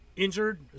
injured